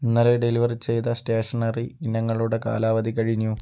ഇന്നലെ ഡെലിവർ ചെയ്ത സ്റ്റേഷണറി ഇനങ്ങളുടെ കാലാവധി കഴിഞ്ഞു